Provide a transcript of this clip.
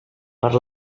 per